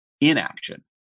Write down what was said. inaction